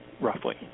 roughly